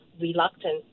reluctant